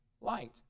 light